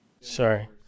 sorry